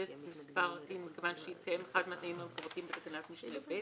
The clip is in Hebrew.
מספר TIN מכיוון שהתקיים אחד מהתנאים המפורטים בתקנת משנה (ב),